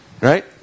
Right